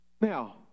Now